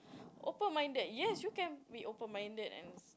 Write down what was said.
open minded yes you can be open minded and